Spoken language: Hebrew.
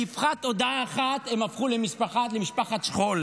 באבחת הודעה אחת הם הפכו למשפחת שכול.